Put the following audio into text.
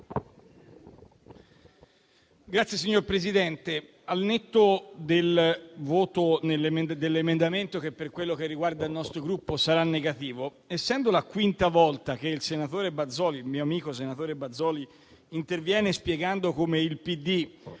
Signor Presidente, al netto del voto sull'emendamento 1.110, che, per quello che riguarda il nostro Gruppo, sarà contrario, essendo la quinta volta che il mio amico, senatore Bazoli, interviene spiegando come il